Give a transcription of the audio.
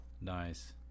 nice